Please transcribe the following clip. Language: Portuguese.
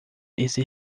esse